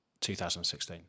2016